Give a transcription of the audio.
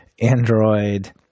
Android